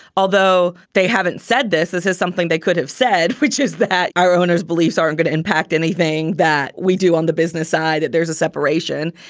although they haven't said this, this is something they could have said, which is that our owners beliefs aren't going to impact anything that we do on the business side, that there's a separation.